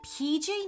PJ